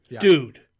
Dude